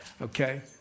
okay